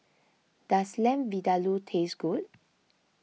does Lamb Vindaloo taste good